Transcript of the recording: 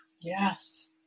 Yes